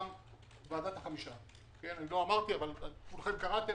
שהיא הגוף שמנהל מכוחו של בית המשפט את אתר הרשב"י.